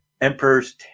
Emperor's